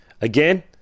Again